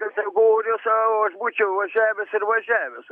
kategoriją sau aš būčiau važiavęs ir važiavęs